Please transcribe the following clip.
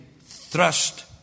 thrust